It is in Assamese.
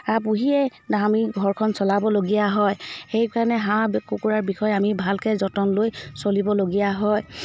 হাঁহ পুহিয়ে ন আমি ঘৰখন চলাবলগীয়া হয় সেইকাৰণে হাঁহ কুকুৰাৰ বিষয়ে আমি ভালকৈ যতন লৈ চলিবলগীয়া হয়